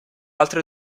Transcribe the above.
altre